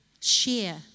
share